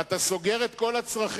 ואתה סוגר את כל הצרכים